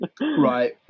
right